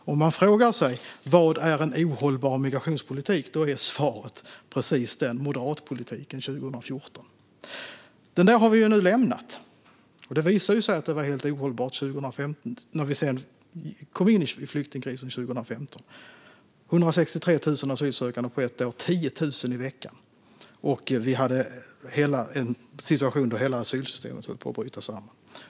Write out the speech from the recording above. För den som frågar vad som är en ohållbar migrationspolitik är svaret precis den moderatpolitiken 2014. Den har vi nu lämnat. Det visade sig ju att den var helt ohållbar när vi kom in i flyktingkrisen 2015 med 163 000 asylsökande på ett år, 10 000 i veckan, och hade en situation där hela asylsystemet höll på att bryta samman.